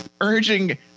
urging